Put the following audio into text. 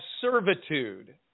servitude